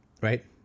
right